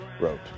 wrote